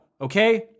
okay